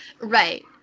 Right